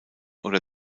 oder